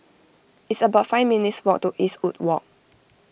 it's about five minutes' walk to Eastwood Walk